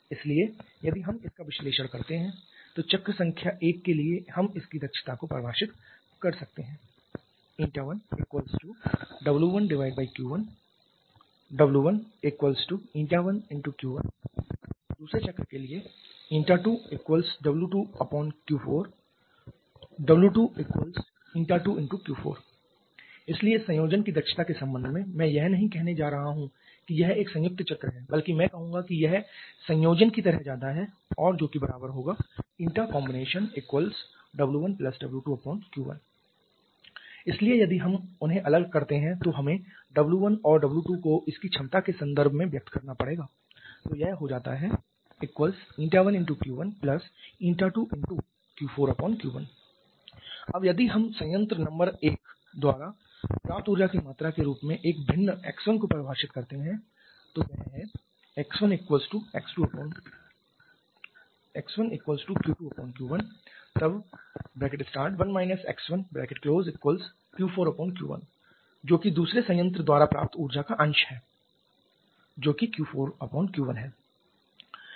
इसलिए यदि हम इसका विश्लेषण करते हैं तो चक्र संख्या एक के लिए हम इसकी दक्षता को परिभाषित कर सकते हैं 1W1Q1 W11Q1 दूसरे चक्र के लिए 2W2Q4 W22Q4 इसलिए इस संयोजन की दक्षता के संबंध में मैं यह नहीं कहने जा रहा हूं कि यह एक संयुक्त चक्र है बल्कि मैं कहूंगा कि यह संयोजन की तरह ज्यादा है और जो कि बराबर होगा CombW1W2Q1 इसलिए यदि हम उन्हें अलग करते हैं तो हमें W1 और W2 को इसकी क्षमता के संदर्भ में व्यक्त करना पड़ेगा तो यह हो जाता है 1Q12Q4Q1 अब यदि हम संयंत्र नंबर 1 द्वारा प्राप्त ऊर्जा की मात्रा के रूप में एक भिन्न X1 को परिभाषित करते हैं वह है x1Q2Q1 तब 1 x1Q4Q1 जो कि दूसरे संयंत्र द्वारा प्राप्त ऊर्जा का अंश है जो कि Q4 Q1 है